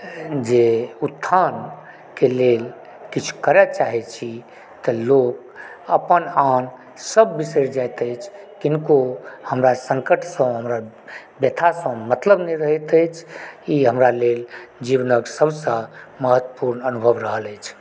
जे उत्थानके लेल किछु करय चाहैत छी तऽ लोक अपन आन सभ बिसरि जाइत अछि किनको हमरा सङ्कटसँ हमरा व्यथासँ मतलब नहि रहैत अछि ई हमरा लेल जीवनक सभसँ महत्वपूर्ण अनुभव रहल अछि